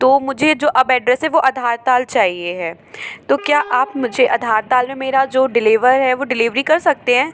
तो मुझे जो अब एड्रेस है वो अधारताल चाहिए है तो क्या आप मुझे अधारताल में मेरा जो डिलेवर है वो डिलीवरी कर सकते हैं